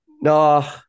No